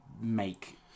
make